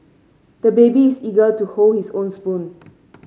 the baby is eager to hold his own spoon